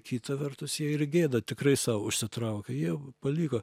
kita vertus jie ir gėdą tikrai sau užsitraukė jie paliko